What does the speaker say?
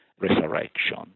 resurrection